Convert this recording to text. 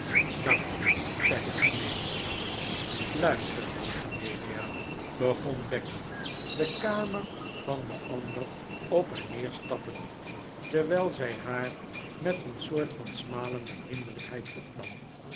dank je zeide amelia luister amelia begon becky de kamer van de ander op en neer stappend terwijl zij haar met een soort van smalende vriendelijkheid opnam